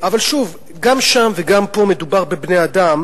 אבל שוב, גם שם וגם פה מדובר בבני-אדם,